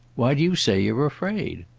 why do you say you're afraid?